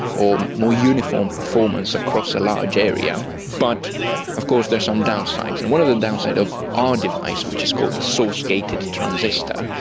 or more uniform performance across a large area. but of course there are some downsides. and one of the downsides of our device, which is called the source gated transistor,